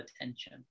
attention